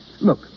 Look